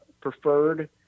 preferred